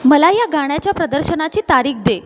मला या गाण्याच्या प्रदर्शनाची तारीख दे